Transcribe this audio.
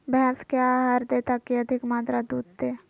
भैंस क्या आहार दे ताकि अधिक मात्रा दूध दे?